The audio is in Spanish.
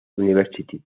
university